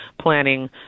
planning